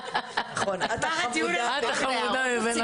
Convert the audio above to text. נעלבתי כי אמרת עליהן חמודות ולא